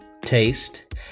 taste